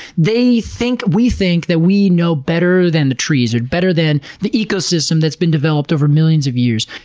they think, we think that we know better than the trees, or better than the ecosystem that's been developed over millions of years.